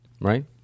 Right